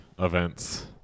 events